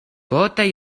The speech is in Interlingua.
pote